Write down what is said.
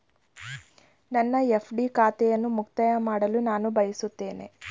ನನ್ನ ಎಫ್.ಡಿ ಖಾತೆಯನ್ನು ಮುಕ್ತಾಯ ಮಾಡಲು ನಾನು ಬಯಸುತ್ತೇನೆ